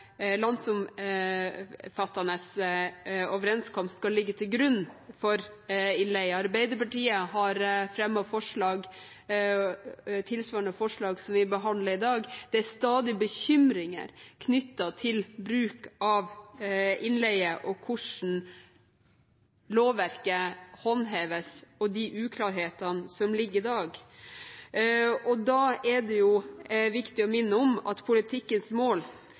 landsomfattende overenskomst skal ligge til grunn for innleie. Arbeiderpartiet har fremmet et forslag tilsvarende det vi behandler i dag. Det er stadig bekymringer knyttet til bruk av innleie, hvordan lovverket håndheves, og de uklarhetene som ligger der i dag. Da er det viktig å minne om at politikkens mål